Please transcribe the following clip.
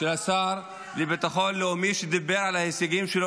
שהשר לביטחון לאומי נתן על ההישגים שלו